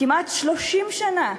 כמעט 30 שנה.